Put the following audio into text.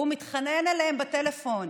הוא מתחנן אליהם בטלפון,